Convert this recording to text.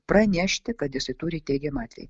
pranešti kad jisai turi teigiamą atvejį